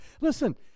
listen